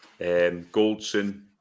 Goldson